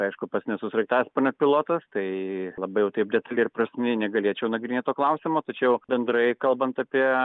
aišku pats nesu sraigtasparnio pilotas tai labai jau taip detaliai ir prasmingai negalėčiau nagrinėt to klausimo tačiau bendrai kalbant apie